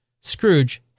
Scrooge